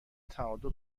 تعادل